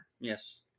Yes